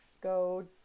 go